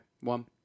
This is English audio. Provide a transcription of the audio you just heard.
one